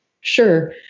Sure